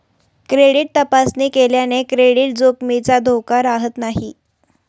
credit तपासणी केल्याने credit जोखमीचा धोका राहत नाही